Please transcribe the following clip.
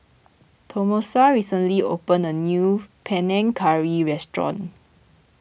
Tomasa recently opened a new Panang Curry restaurant